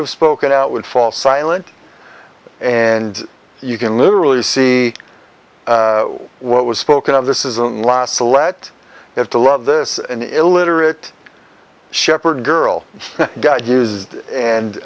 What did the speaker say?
have spoken out would fall silent and you can literally see what was spoken of this isn't law select have to love this an illiterate shepherd girl got used